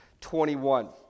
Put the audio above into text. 21